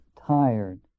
tired